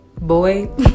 Boy